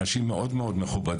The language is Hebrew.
אנשים מאוד מכובדים,